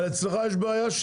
אבל אצלך יש בעיה,